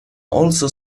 also